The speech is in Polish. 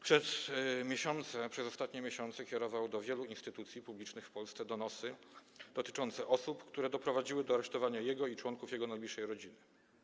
Przez ostatnie miesiące kierował do wielu instytucji publicznych w Polsce donosy dotyczące osób, które doprowadziły do aresztowania jego i członków jego najbliższej rodziny.